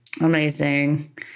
Amazing